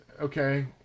okay